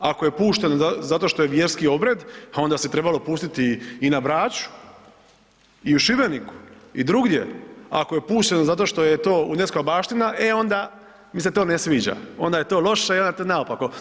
Ako je pušteno zato što je vjerski obred onda se trebalo pustiti i na Braču i u Šibeniku i drugdje, a ako je pušteno zato što je to UNESCO-va baština e onda mi se to ne sviđa, onda je to loše i onda je to naopako.